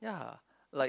ya like